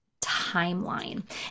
timeline